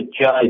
judge